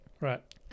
Right